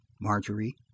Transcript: Marjorie